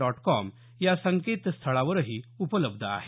dot com या संकेतस्थळावरही उपलब्ध आहे